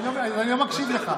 די, אני לא מקשיב לך.